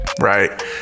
Right